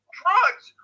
drugs